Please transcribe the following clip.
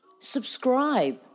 Subscribe